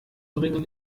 bringen